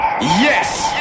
Yes